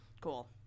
Cool